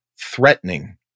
threatening